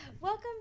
welcome